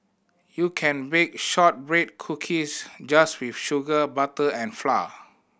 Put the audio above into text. you can bake shortbread cookies just with sugar butter and flour